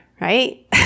right